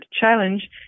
challenge